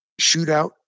shootout